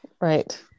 Right